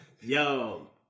yo